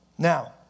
Now